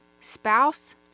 spouse